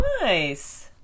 nice